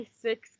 six